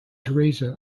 theresa